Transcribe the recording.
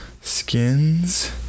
skins